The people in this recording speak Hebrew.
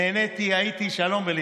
נהניתי, הייתי, שלום ולהתראות.